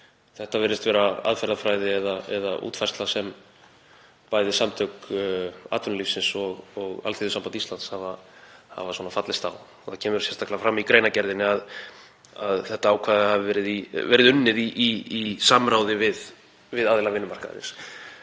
Þetta virðist vera aðferðafræði eða útfærsla sem bæði Samtök atvinnulífsins og Alþýðusamband Íslands hafa. Það var fallist á það og það kemur sérstaklega fram í greinargerðinni að þetta ákvæði hafi verið í verið unnið í samráði við aðila vinnumarkaðarins.